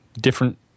different